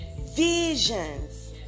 visions